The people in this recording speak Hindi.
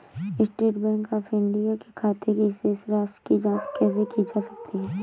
स्टेट बैंक ऑफ इंडिया के खाते की शेष राशि की जॉंच कैसे की जा सकती है?